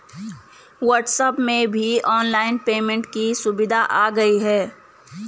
WhatsApp में भी online payment की सुविधा आ गई है